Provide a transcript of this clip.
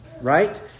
Right